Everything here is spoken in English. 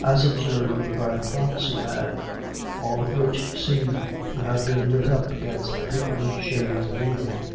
as observed by the prophecy-man, all of which seemed to have been lit up against the deepening shades of evening